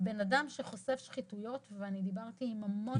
בן אדם שחושף שחיתויות ואני דיברתי עם המון כאלה.